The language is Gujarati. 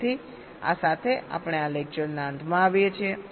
તેથી આ સાથે આપણે આ લેકચરના અંતમાં આવીએ છીએ